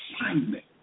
assignment